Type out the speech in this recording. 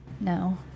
no